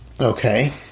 Okay